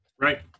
Right